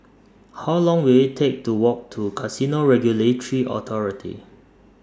How Long Will IT Take to Walk to Casino Regulatory Authority